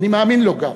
אני מאמין לו גם,